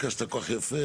ביקשתי כל כך יפה.